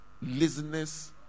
laziness